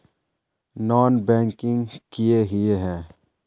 Non banking किए हिये है?